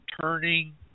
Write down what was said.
turning